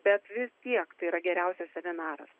bet vis tiek tai yra geriausias seminaras